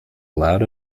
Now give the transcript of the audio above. loud